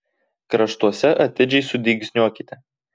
kraštuose atidžiai sudygsniuokite